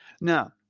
Now